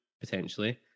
potentially